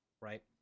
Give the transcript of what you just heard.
right